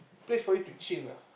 place for you to chill lah